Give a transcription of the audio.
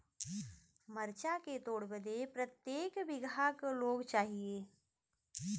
मरचा के तोड़ बदे प्रत्येक बिगहा क लोग चाहिए?